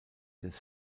des